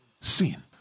sin